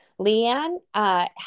Leanne